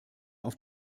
auf